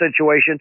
situation